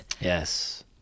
Yes